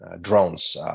drones